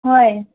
ꯍꯣꯏ